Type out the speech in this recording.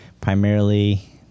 primarily